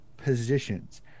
positions